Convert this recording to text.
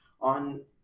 on